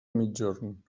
migjorn